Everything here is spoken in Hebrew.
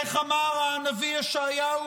איך אמר הנביא ישעיהו